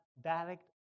direct